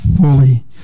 fully